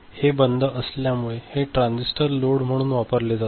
हे बंद असल्यामुळे हे ट्रान्झिस्टर लोड म्हणून वापरले जाते